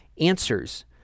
answers